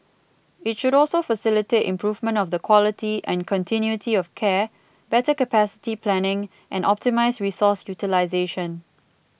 it should also facilitate improvement of the quality and continuity of care better capacity planning and optimise resource utilisation